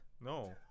no